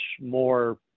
more